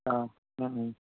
অঁ